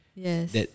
Yes